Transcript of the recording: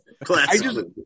Classic